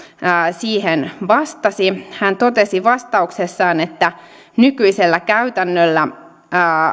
siihen vastasi hän totesi vastauksessaan että nykyisellä käytännöllä